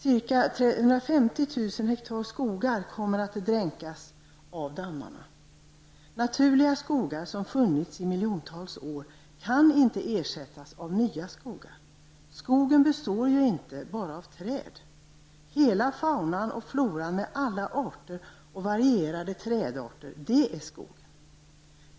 Ca 150 000 hektar skogar kommer att dränkas av dammarna. Naturliga skogar som har funnits i miljontals år kan inte ersättas av nya skogar. Skogen består inte bara av träd. Hela faunan och floran med alla dess varierade trädarter utgör skogen.